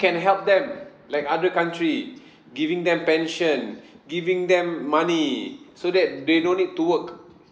can help them like other country giving them pension giving them money so that they no need to work